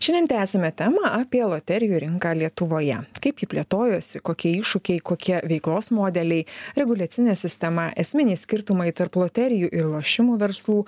šiandien tęsiame temą apie loterijų rinką lietuvoje kaip ji plėtojosi kokie iššūkiai kokie veiklos modeliai reguliacinė sistema esminiai skirtumai tarp loterijų ir lošimų verslų